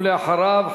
ואחריו,